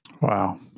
Wow